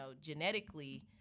genetically